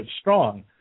strong